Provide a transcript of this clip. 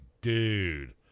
dude